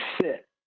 sit